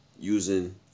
using